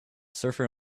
surfer